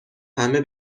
همه